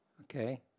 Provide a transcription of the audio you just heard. Okay